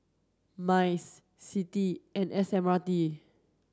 MICE CITI and S M R T